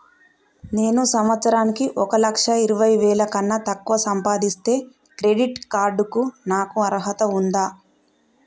నేను సంవత్సరానికి ఒక లక్ష ఇరవై వేల కన్నా తక్కువ సంపాదిస్తే క్రెడిట్ కార్డ్ కు నాకు అర్హత ఉందా?